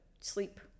sleep